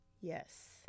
Yes